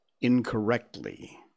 incorrectly